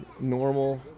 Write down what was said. Normal